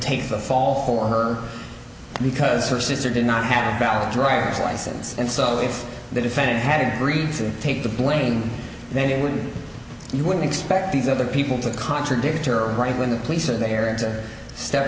take the fall for her because her sister did not have found driver's license and so if the defendant had agreed to take the blame then you wouldn't you wouldn't expect these other people to contradict her right when the police are there and step